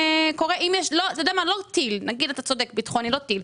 נגיד אתה צודק, ביטחוני, לא טיל.